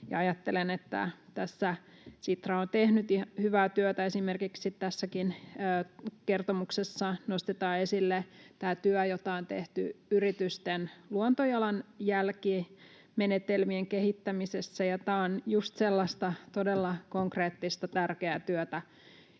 ajattelen, että tässä Sitra on tehnyt hyvää työtä. Esimerkiksi tässäkin kertomuksessa nostetaan esille tämä työ, jota on tehty yritysten luontojalanjälkimenetelmien kehittämisessä. Tämä on just sellaista todella konkreettista, tärkeää työtä,